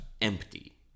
empty